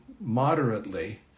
moderately